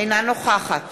אינה נוכחת